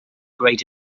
great